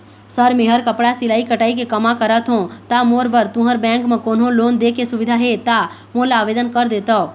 Sir मेहर कपड़ा सिलाई कटाई के कमा करत हों ता मोर बर तुंहर बैंक म कोन्हों लोन दे के सुविधा हे ता मोर ला आवेदन कर देतव?